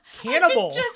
cannibal